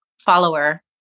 follower